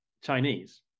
Chinese